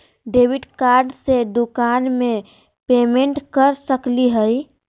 Debit card से दुकान में पेमेंट कर सकली हई?